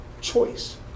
Choice